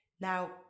Now